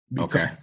Okay